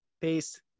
Peace